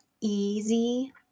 easy